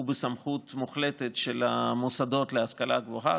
הוא בסמכות מוחלטת של המוסדות להשכלה גבוהה,